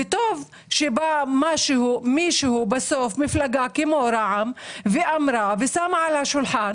וטוב שבא מישהו בסוף, מפלגה כמו רע"ם, שאומר